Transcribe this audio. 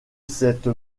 cette